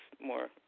more